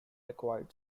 acquired